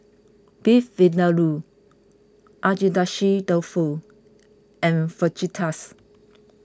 Beef Vindaloo Agedashi Dofu and Fajitas